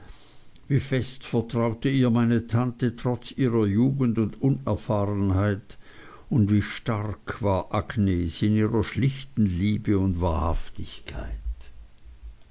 wie fest vertraute ihr meine tante trotz ihrer jugend und unerfahrenheit und wie stark war agnes in ihrer schlichten liebe und wahrhaftigkeit